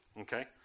okay